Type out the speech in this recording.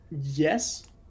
Yes